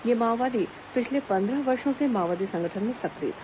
यह माओवादी पिछले पंद्रह वर्षो से माओवादी संगठन में सक्रिय था